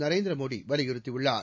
நரேந்திர மோடி வலியுறுத்தியுள்ளார்